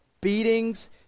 beatings